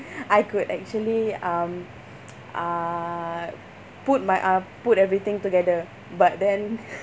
I could actually um uh put my uh put everything together but then